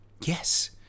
yes